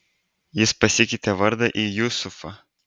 jis pasikeitė vardą į jusufą